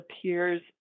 appears